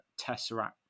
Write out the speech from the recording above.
Tesseract